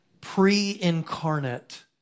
pre-incarnate